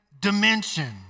dimension